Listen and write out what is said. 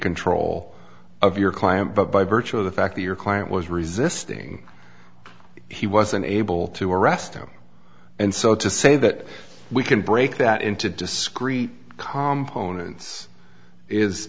control of your client but by virtue of the fact that your client was resisting he wasn't able to arrest him and so to say that we can break that into discrete calm ponens is